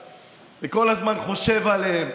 וכל הזמן מזכיר אותם וכל הזמן חושב עליהם.